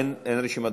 אין רשימת דוברים,